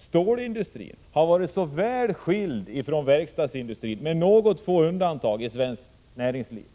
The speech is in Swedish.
stålindustrin varit så väl skild från verkstadsindustrin — med några få undantag i svenskt näringsliv.